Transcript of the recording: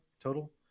Total